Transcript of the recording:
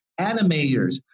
animators